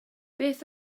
beth